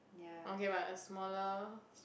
okay but a smaller